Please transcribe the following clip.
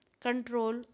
control